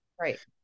Right